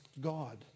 God